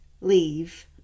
leave